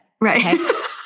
Right